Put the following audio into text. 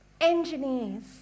engineers